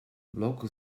local